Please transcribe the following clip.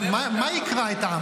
מה יקרע את העם?